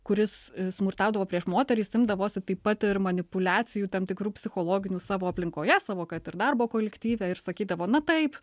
kuris smurtaudavo prieš moterys imdavosi taip pat ir manipuliacijų tam tikrų psichologinių savo aplinkoje savo kad ir darbo kolektyve ir sakydavo na taip